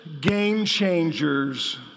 game-changers